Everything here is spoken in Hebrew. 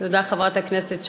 תודה, חברת הכנסת שקד,